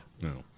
No